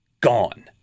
gone